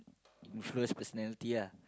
influence personality lah